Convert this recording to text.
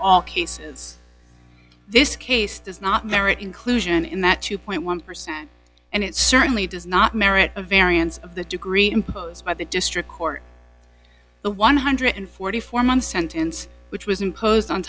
all cases this case does not merit inclusion in that two point one percent and it certainly does not merit a variance of the degree imposed by the district court the one hundred and forty four month sentence which was imposed on